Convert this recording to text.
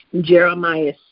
Jeremiah